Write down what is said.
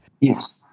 Yes